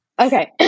Okay